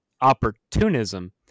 opportunism